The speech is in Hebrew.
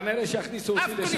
כנראה יכניסו אותי לשם.